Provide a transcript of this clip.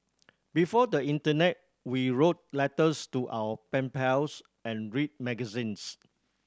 before the internet we wrote letters to our pen pals and read magazines